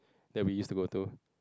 that we used to go to